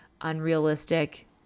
unrealistic